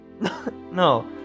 No